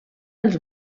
els